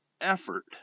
effort